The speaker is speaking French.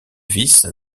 vis